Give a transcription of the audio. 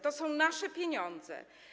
To są nasze pieniądze.